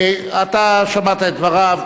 אתה שמעת את דבריו,